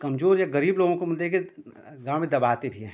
कमजोर या गरीब लोगों को मतलब कि गाँव में दबाते भी हैं